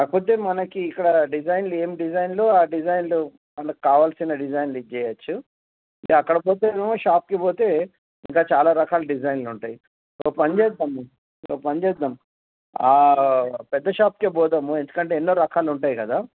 కాకపోతే మనకి ఇక్కడ డిజైన్లు ఏం డిజైన్లు ఆ డిజైన్లు మనకి కావాల్సిన డిజైన్లు ఇచ్చేయొచ్చు అక్కడ పోతేనేమో షాప్కి పోతే ఇంకా చాలా రకాల డిజైన్లు ఉంటాయి ఓ పని చేద్దాం ఓ పని చేద్దాం ఆ పెద్ద షాప్కే పోదాము ఎందుకంటే ఎన్నో రకాలు ఉంటాయి కదా